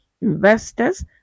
investors